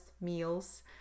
meals